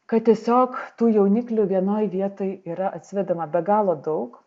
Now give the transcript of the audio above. kad tiesiog tų jauniklių vienoj vietoj yra atsivedama be galo daug